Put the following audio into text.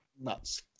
nuts